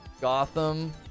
Gotham